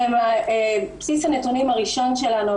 שהם בסיס הנתונים הראשון שלנו.